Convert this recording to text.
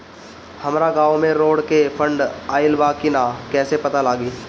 हमरा गांव मे रोड के फन्ड आइल बा कि ना कैसे पता लागि?